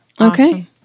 Okay